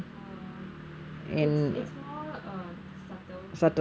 um it's it's more uh subtle